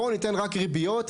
בואו ניתן רק ריביות",